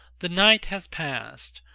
the night has passed,